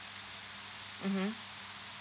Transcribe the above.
mmhmm